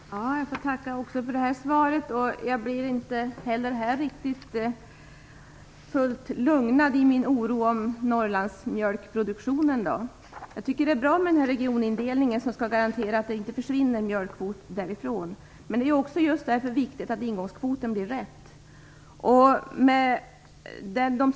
Fru talman! Jag får tacka också för detta svar. Jag blir inte heller i detta avseende helt lugn när det gäller mjölkproduktionen i Norrland. Det är bra med regionindelningen som skall garantera att mjölkkvoter inte försvinner från Norrland. Därför är det också viktigt att ingångskvoten blir riktig.